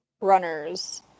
runners